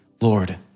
Lord